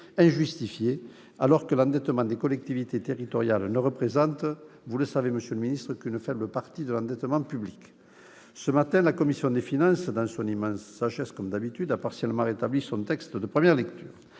injustifiée alors que l'endettement des collectivités territoriales ne représente qu'une faible partie de l'endettement public. Ce matin, la commission des finances, dans son immense sagesse, a partiellement rétabli son texte de première lecture.